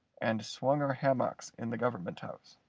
and swung our hammocks in the government house.